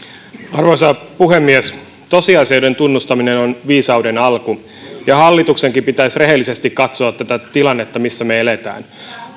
arvoisa puhemies tosiasioiden tunnustaminen on viisauden alku ja hallituksenkin pitäisi rehellisesti katsoa tätä tilannetta missä me elämme